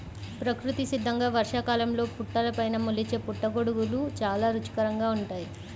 ప్రకృతి సిద్ధంగా వర్షాకాలంలో పుట్టలపైన మొలిచే పుట్టగొడుగులు చాలా రుచికరంగా ఉంటాయి